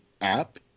app